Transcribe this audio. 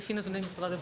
לפי נתוני משרד הבריאות,